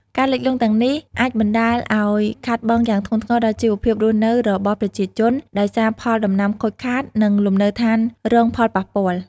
ការលិចលង់ទាំងនេះអាចបណ្ដាលឲ្យខាតបង់យ៉ាងធ្ងន់ធ្ងរដល់ជីវភាពរស់នៅរបស់ប្រជាជន ដោយសារផលដំណាំខូចខាត និងលំនៅឋានរងផលប៉ះពាល់។